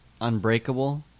unbreakable